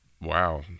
Wow